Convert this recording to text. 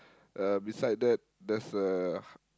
uh beside that there's a